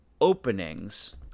openings